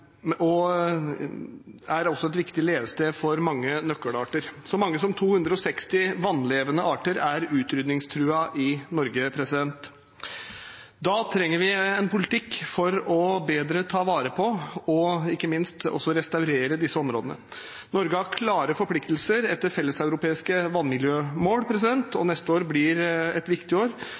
og er også et viktig levested for mange nøkkelarter. Så mange som 260 vannlevende arter er utrydningstruet i Norge. Da trenger vi en politikk for bedre å ta vare på og ikke minst restaurere disse områdene. Norge har klare forpliktelser etter felleseuropeiske vannmiljømål, og neste år blir et viktig år,